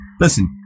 listen